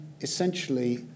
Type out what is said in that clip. essentially